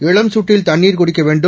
இளம்சூட்டில்தண்ணீர்குடிக்கவேண்டும்